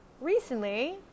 recently